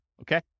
Okay